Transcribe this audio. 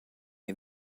ihr